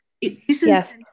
yes